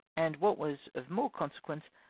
and what was of more consequence,